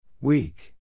Weak